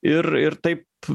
ir ir taip